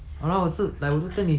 then 我就觉得 like